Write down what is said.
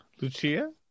Lucia